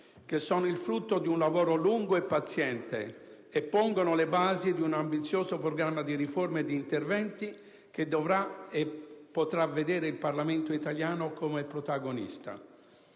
che sono il frutto di un lavoro lungo e paziente e pongono le basi di un ambizioso programma di riforme e di interventi, che dovrà e potrà vedere il Parlamento italiano come protagonista.